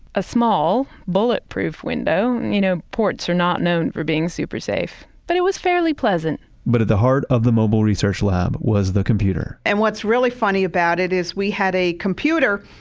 a small bulletproof window. you know, ports are not known for being super safe, but it was fairly pleasant but at the heart of the mobile research lab was the computer and what's really funny about it is we had a computer,